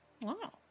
Wow